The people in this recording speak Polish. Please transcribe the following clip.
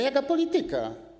Jaka polityka?